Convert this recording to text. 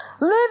live